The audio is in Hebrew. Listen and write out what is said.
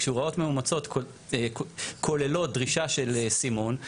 שהוראות מאומצות כוללות דרישה של סימון,